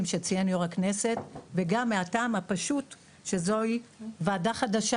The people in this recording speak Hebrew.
שציין יו"ר הכנסת וגם מהטעם הפשוט שזוהי ועדה חדשה